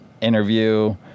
interview